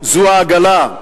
זו העגלה.